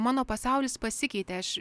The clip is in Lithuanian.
mano pasaulis pasikeitė aš